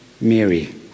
Mary